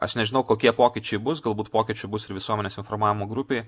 aš nežinau kokie pokyčiai bus galbūt pokyčių bus ir visuomenės informavimo grupėj